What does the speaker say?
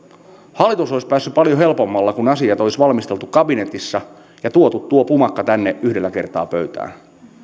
hallitus olisi päässyt paljon helpommalla kun asiat olisi valmisteltu kabinetissa ja tuotu tuo pumakka tänne yhdellä kertaa pöytään